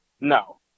No